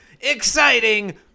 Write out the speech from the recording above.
exciting